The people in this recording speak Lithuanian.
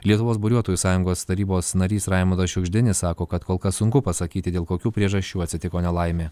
lietuvos buriuotojų sąjungos tarybos narys raimundas šiugždinis sako kad kol kas sunku pasakyti dėl kokių priežasčių atsitiko nelaimė